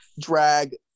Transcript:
drag